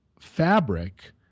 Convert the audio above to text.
fabric